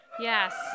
Yes